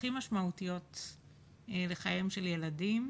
הכי משמעותיות לחייהם של ילדים